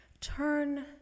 Turn